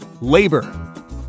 labor